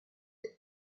ist